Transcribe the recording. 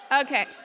Okay